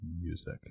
music